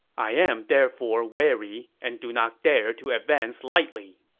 i'm therefore wary and do not dare to advance lightly.